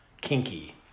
kinky